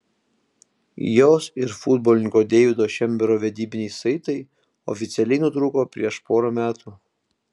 jos ir futbolininko deivido šembero vedybiniai saitai oficialiai nutrūko prieš porą metų